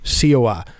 COI